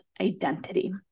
identity